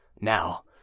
Now